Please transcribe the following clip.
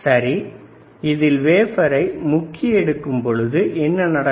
சரி இதில் வேபரை முக்கி எடுக்கும் பொழுது என்ன நடக்கும்